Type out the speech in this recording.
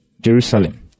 Jerusalem